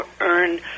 earn